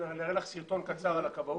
נראה לך סרטון קצר על הכבאות.